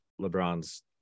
LeBron's